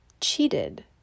cheated